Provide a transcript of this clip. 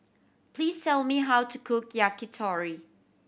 please tell me how to cook Yakitori